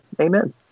Amen